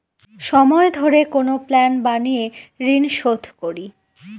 সময় ধরে কোনো প্ল্যান বানিয়ে ঋন শুধ করি